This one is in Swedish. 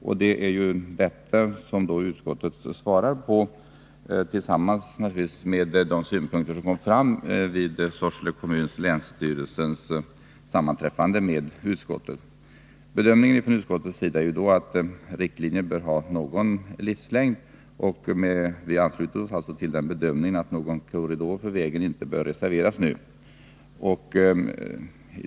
Utskottet har behandlat detta förslag tillsammans med de synpunkter som kom fram vid det sammanträde som bl.a. Sorsele kommun och länsstyrelsen i Västerbotten hade med utskottet. Utskottets bedömning är att riktlinjer skall ha någon livslängd, och vi ansluter oss alltså till bedömningen att en korridor för vägen inte bör reserveras nu.